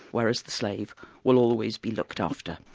whereas the slave will always be looked after.